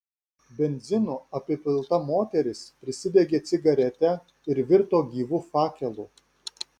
benzinu apipilta moteris prisidegė cigaretę ir virto gyvu fakelu